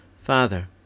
father